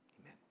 Amen